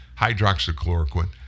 hydroxychloroquine